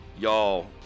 y'all